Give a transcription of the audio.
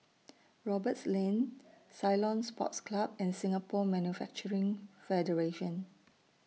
Roberts Lane Ceylon Sports Club and Singapore Manufacturing Federation